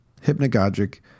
hypnagogic